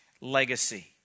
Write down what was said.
legacy